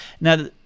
Now